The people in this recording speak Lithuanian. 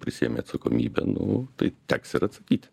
prisiėmė atsakomybę nu tai teks ir atsakyti